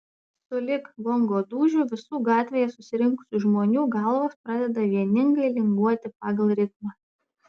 sulig gongo dūžiu visų gatvėje susirinkusių žmonių galvos pradeda vieningai linguoti pagal ritmą